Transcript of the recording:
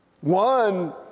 One